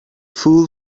fool